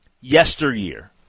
yesteryear